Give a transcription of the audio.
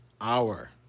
hour